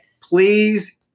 Please